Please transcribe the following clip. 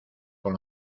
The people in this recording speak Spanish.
con